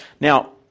Now